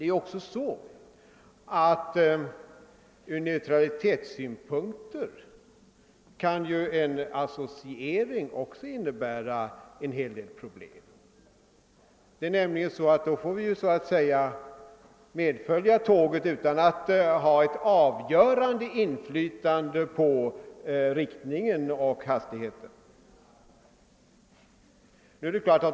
Ur neutralitetssynpunkt kan en associering också innebära en hel del problem; vi får så att säga medfölja tåget utan att ha ett avgörande inflytande på riktningen och hastigheten.